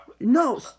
No